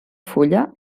fulla